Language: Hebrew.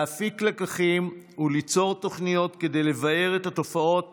להפיק לקחים וליצור תוכניות כדי לבער את התופעות